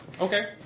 Okay